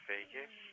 Vegas